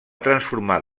transformar